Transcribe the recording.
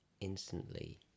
instantly